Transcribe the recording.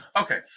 okay